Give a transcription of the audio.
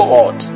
God